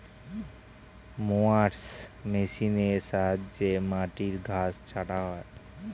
mowers মেশিনের সাহায্যে মাটির ঘাস ছাঁটা হয়